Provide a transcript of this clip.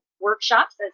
workshops